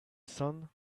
sun